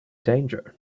danger